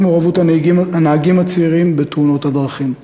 מעורבות הנהגים הצעירים בתאונות הדרכים.